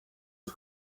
the